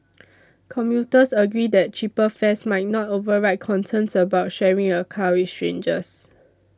commuters agreed that cheaper fares might not override concerns about sharing a car with strangers